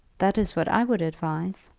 that is what i would advise.